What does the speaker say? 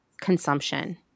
consumption